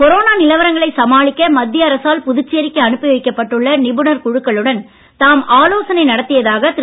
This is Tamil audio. கொரோனா நிலவரங்களை சமாளிக்க மத்திய அரசால் புதுச்சேரிக்கு அனுப்பி வைக்கப்பட்டுள்ள நிபுணர் குழுக்களுடன் தாம் ஆலோசனை நடத்தியதாக திரு